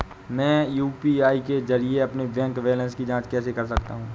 मैं यू.पी.आई के जरिए अपने बैंक बैलेंस की जाँच कैसे कर सकता हूँ?